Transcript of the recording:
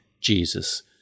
Jesus